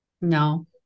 No